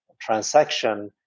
transaction